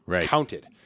counted